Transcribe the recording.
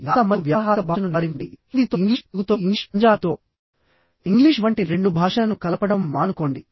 యాస మరియు వ్యావహారిక భాషను నివారించండి హిందీతో ఇంగ్లీష్ తెలుగుతో ఇంగ్లీష్ పంజాబీతో ఇంగ్లీష్ వంటి రెండు భాషలను కలపడం మానుకోండి